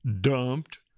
dumped